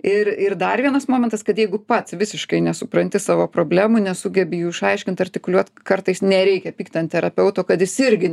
ir ir dar vienas momentas kad jeigu pats visiškai nesupranti savo problemų nesugebi jų išaiškint artikuliuot kartais nereikia pykt ant terapeuto kad jis irgi